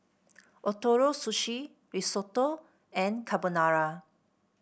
Ootoro Sushi Risotto and Carbonara